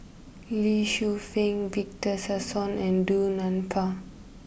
Lee Shu Fen Victor Sassoon and Du Nanfa